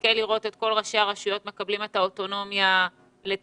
נזכה לראות את כל ראשי הרשויות מקבלים את האוטונומיה לטפל